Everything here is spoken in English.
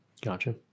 gotcha